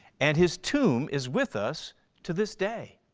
and his tomb is with us to this day.